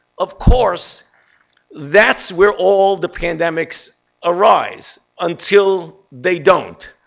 of course that's where all the pandemics arise until they don't.